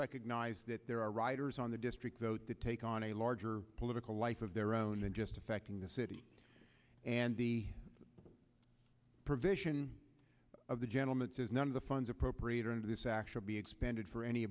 recognize that there are riders on the district though to take on a larger political life of their own than just affecting the city and the provision of the gentleman says none of the funds appropriated into this actual be expended for any